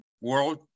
World